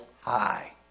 high